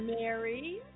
Mary